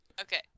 Okay